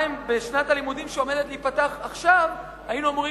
בשנת הלימודים שעומדת להיפתח עכשיו היינו אמורים